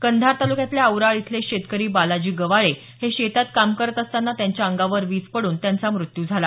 कंधार तालुक्यातल्या औराळ इथले शेतकरी बालाजी गवाळे हे शेतात काम करत असताना त्यांच्या अंगावर वीज पडून त्यांचा मृत्यू झाला